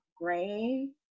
gray